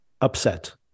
upset